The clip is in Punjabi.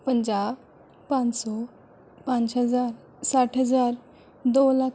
ਪੰਜਾਹ ਪੰਜ ਸੌ ਪੰਜ ਹਜ਼ਾਰ ਸੱਠ ਹਜ਼ਾਰ ਦੋ ਲੱਖ